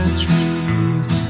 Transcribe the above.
trees